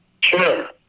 Sure